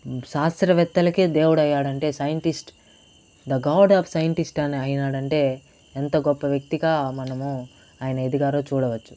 శాస్త్రవేత్తలకే దేవుడయ్యాడు అంటే scientist the god of scientist అయినాడంటే ఎంత గొప్ప వ్యక్తిగా మనము ఆయన ఎదిగారో చూడవచ్చు